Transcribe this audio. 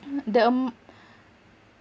mm the um